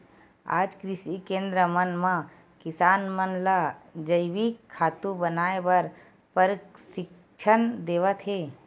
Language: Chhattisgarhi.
आज कृषि केंद्र मन म किसान मन ल जइविक खातू बनाए बर परसिक्छन देवत हे